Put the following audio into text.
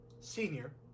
Senior